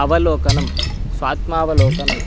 अवलोकनं स्वात्मावलोकनम्